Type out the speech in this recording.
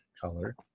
color